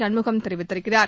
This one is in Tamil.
சண்முகம் தெரிவித்திருக்கிறார்